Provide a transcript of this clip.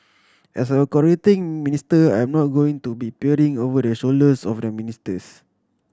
as a coordinating minister I'm not going to be peering over the shoulders of the ministers